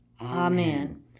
Amen